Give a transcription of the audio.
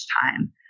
time